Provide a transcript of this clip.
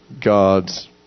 God's